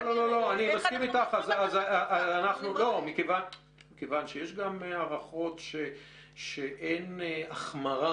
בואו נראה איך אנחנו --- כיוון שיש גם הערכות שאין החמרה